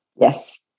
Yes